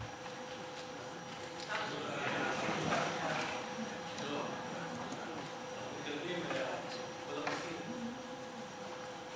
ההצעה להעביר את הנושא לוועדה לענייני ביקורת המדינה